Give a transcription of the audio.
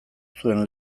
zuen